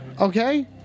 Okay